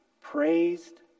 praised